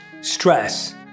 Stress